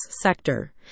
sector